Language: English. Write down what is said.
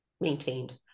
maintained